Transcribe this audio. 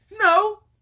No